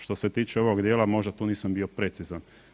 Što se tiče ovog dijela možda tu nisam bio precizan.